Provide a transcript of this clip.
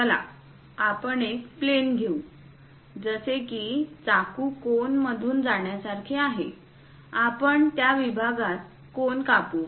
चला आपण एक प्लेन घेऊ जसे की चाकू कोन मधून जाण्यासारखे आहे आपण त्या विभागात कोन कापू